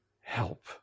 help